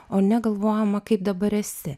o ne galvojama kaip dabar esi